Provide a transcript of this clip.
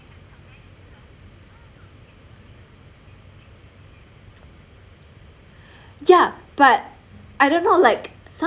yeah but I don't know like some